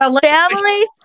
Family